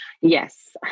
Yes